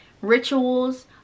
rituals